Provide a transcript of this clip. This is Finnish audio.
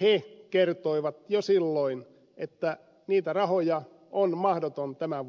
he kertoivat jo silloin että niitä rahoja on mahdotonta tämän vuoden aikana käyttää